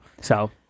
So-